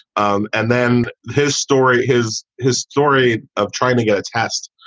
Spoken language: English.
um and then his story his his story of trying to get a test.